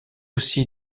aussi